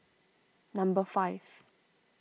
number five